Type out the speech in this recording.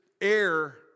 air